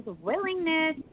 willingness